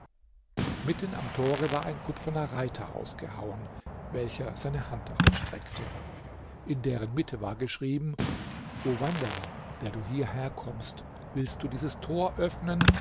mitten am tore war ein kupferner reiter ausgehauen welcher seine hand ausstreckte in deren mitte war geschrieben o wanderer der du hierher kommst willst du dieses tor öffnen